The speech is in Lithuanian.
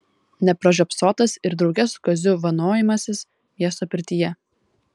nepražiopsotas ir drauge su kaziu vanojimasis miesto pirtyje